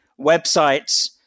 websites